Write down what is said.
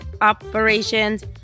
operations